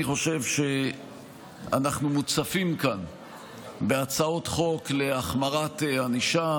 אני חושב שאנחנו מוצפים כאן בהצעות חוק להחמרת ענישה